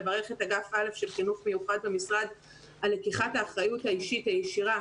לברך את אגף א' של חינוך מיוחד במשרד על לקיחת האחריות האישית הישירה